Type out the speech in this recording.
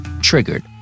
Triggered